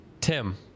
Tim